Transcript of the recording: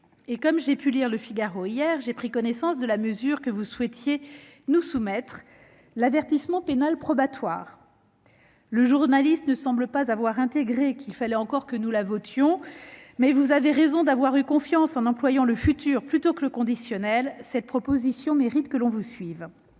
toute l'utilité ! En lisant hier, j'ai pris connaissance de la mesure que vous souhaitiez nous soumettre, l'avertissement pénal probatoire. Le journaliste ne semblait pas avoir compris qu'il fallait encore que nous la votions ... Mais vous avez raison d'avoir eu confiance et d'employer le futur plutôt que le conditionnel, car cette proposition mérite que l'on vous suive.